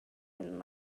and